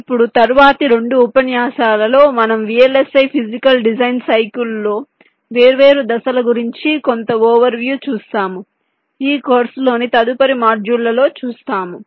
ఇప్పుడు తరువాతి రెండు ఉపన్యాసాలలో మనం VLSI ఫీజికల్ డిజైన్ సైకిల్ లో వేర్వేరు దశల గురించి కొంత ఒవెర్వ్యూ చూస్తాము ఈ కోర్సులోని తదుపరి మాడ్యూళ్ళలో చూస్తాము